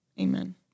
Amen